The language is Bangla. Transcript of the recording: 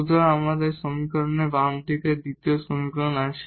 সুতরাং এখানে আমাদের সমীকরণের বাম দিকের দ্বিতীয় সমীকরণ আছে